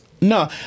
No